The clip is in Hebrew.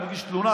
אתה מגיש תלונה,